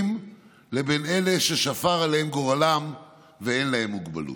לבין אלה ששפר עליהם גורלם ואין להם מוגבלות.